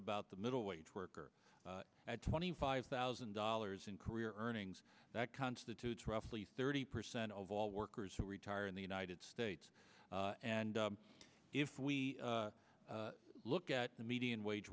about the middle wage worker at twenty five thousand dollars in career earnings that constitutes roughly thirty percent of all workers who retire in the united states and if we look at the median wage